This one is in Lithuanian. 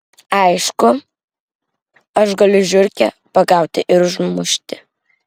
aišku aš galiu žiurkę pagauti ir užmušti